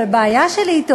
אבל הבעיה שלי אתו,